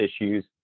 issues